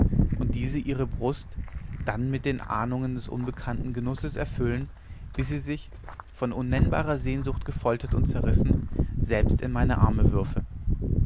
und diese ihre brust dann mit den ahnungen des unbekannten genusses erfüllen bis sie sich von unnennbarer sehnsucht gefoltert und zerrissen selbst in meine arme würfe